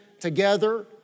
together